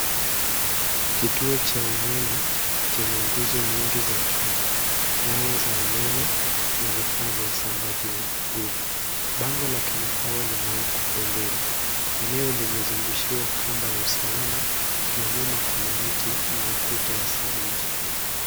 Kituo cha umeme chenye nguzo nyingi za chuma, waya za umeme na vifaa vya usambazaji wa nguvu. Bango la, Kenya Power, limewekwa pembeni. Eneo limezungushiwa kamba ya usalama na nyuma kuna miti na ukuta ya saruji.